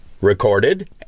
recorded